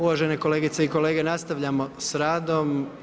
Uvažene kolegice i kolege nastavljamo sa radom.